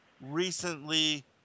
recently